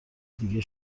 دیگه